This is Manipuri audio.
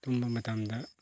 ꯇꯨꯝꯕ ꯃꯇꯝꯗ